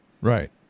Right